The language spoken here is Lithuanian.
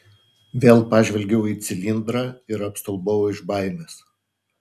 vėl pažvelgiau į cilindrą ir apstulbau iš baimės